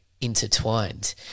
intertwined